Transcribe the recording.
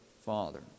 father